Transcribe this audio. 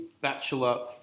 bachelor